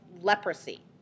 leprosy